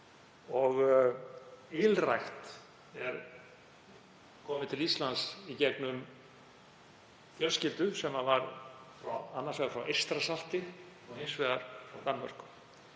Ylrækt kom til Íslands í gegnum fjölskyldu sem var annars vegar frá Eystrasalti og hins vegar frá Danmörku,